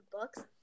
books